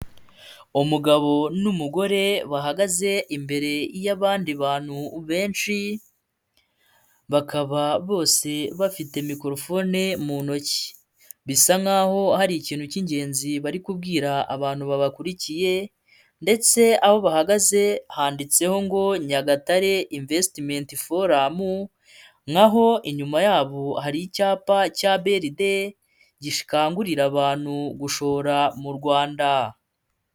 Umugabo n'umugore bahagaze imbere y'abandi bantu benshi, bakaba bose bafite microphone mu ntoki. Bisa nk'a hari ikintu cy'ingenzi bari kubwira abantu babakurikiye, ndetse aho bahagaze handitseho ngo ''Nyagatare investment forum'' naho inyuma yabo, hari icyapa cya BRD gikangurira abantu gushora mu rwanda.